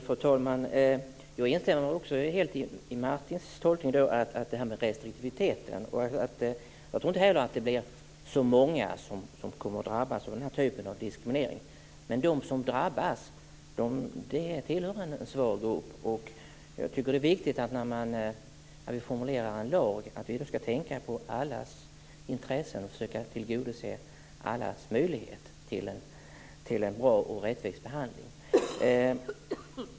Fru talman! Jag instämmer helt i Martins tolkning när det gäller det här med restriktivitet. Jag tror inte heller att det blir så många som kommer att drabbas av den här typen av diskriminering. Men de som drabbas tillhör en svag grupp. När vi formulerar en lag tycker jag att det är viktigt att vi tänker på allas intressen och försöker tillgodose allas möjlighet till en bra och rättvis behandling.